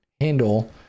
handle